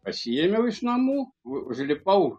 pasiėmiau iš namų u užlipau